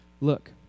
Look